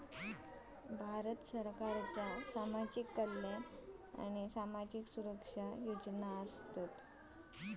भारत सरकारच्यो सामाजिक कल्याण आणि सामाजिक सुरक्षा योजना आसत